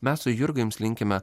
mes su jurga jums linkime